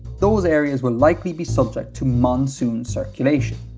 those areas will likely be subject to monsoon circulation.